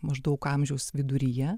maždaug amžiaus viduryje